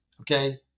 okay